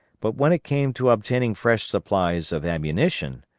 but when it came to obtaining fresh supplies of ammunition,